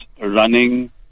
running